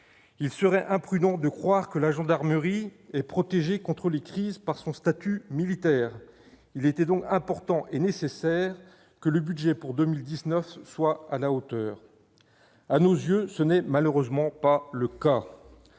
Il serait imprudent de croire que la gendarmerie est protégée contre les crises par son statut militaire. Il était donc important et nécessaire que le budget pour 2019 soit à la hauteur. À nos yeux, ce n'est malheureusement pas le cas.